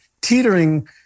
teetering